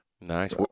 Nice